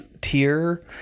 tier